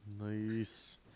Nice